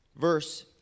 verse